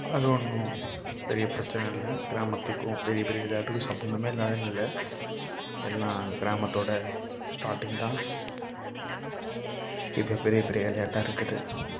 அது ஒன்றும் பெரிய பிரச்சினை இல்லை கிராமத்துக்கும் பெரிய பெரிய விளையாட்டுக்கும் சம்மந்தமே இல்லாததுன்னு இல்லை எல்லாம் கிராமத்தோடய ஸ்டாட்டிங்தான் இப்போ பெரிய பெரிய விளையாட்டா இருக்குது